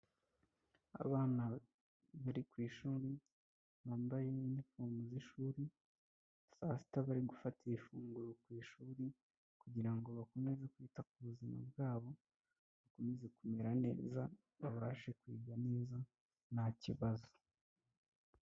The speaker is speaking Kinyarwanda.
Abana bari ku ishuri bambaye iniforomo z'ishuri, saa sita bari gufatira ifunguro ku ishuri kugira ngo bakomeze kwita ku buzima bwabo bakomeze kumera neza, babashe kwiga neza nta kibazo.